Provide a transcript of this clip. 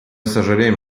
сожалеем